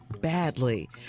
badly